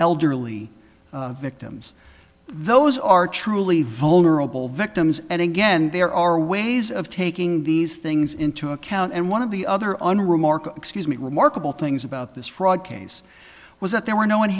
elderly victims those are truly vulnerable victims and again there are ways of taking these things into account and one of the other unruh mark excuse me remarkable things about this fraud case was that there were no